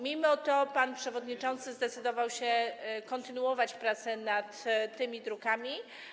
Mimo to pan przewodniczący zdecydował się kontynuować pracę nad tymi drukami.